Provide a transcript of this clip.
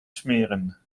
smeren